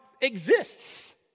exists